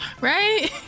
Right